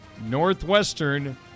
Northwestern